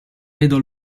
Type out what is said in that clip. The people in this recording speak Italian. vedo